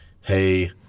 hey